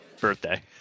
birthday